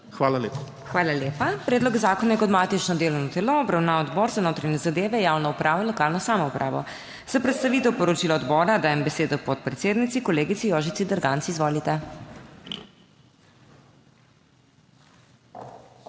HOT:** Hvala lepa. Predlog zakona je kot matično delovno telo obravnaval Odbor za notranje zadeve, javno upravo in lokalno samoupravo. Za predstavitev poročila odbora dajem besedo podpredsednici kolegici Jožici Derganc. Izvolite.